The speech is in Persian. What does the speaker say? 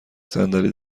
صندلی